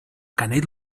canet